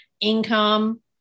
income